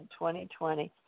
2020